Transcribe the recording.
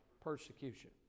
persecution